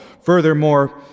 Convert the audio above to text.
furthermore